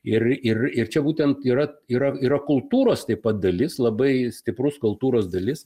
ir ir ir čia būtent yra yra yra kultūros taip pat dalis labai stiprus kultūros dalis